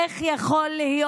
איך יכול להיות,